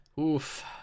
oof